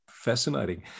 Fascinating